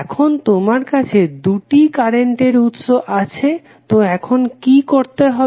এখন তোমার কাছে দুটি কারেন্টের উৎস আছে তো এখন কি করতে হবে